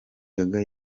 gaga